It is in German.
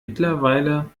mittlerweile